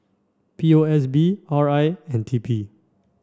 P O S B R I and T P